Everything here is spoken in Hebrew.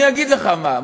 אני אגיד לך מה,